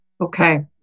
Okay